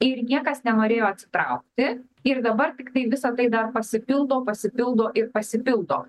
ir niekas nenorėjo atsitraukti ir dabar tiktai visa tai dar pasipildo pasipildo ir pasipildo